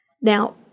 Now